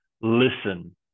Listen